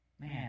Man